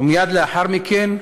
ומייד לאחר מכן,